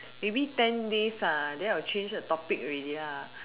maybe ten days ah then I will change the topic ready ah